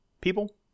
people